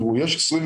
יש 29